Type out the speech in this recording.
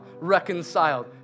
reconciled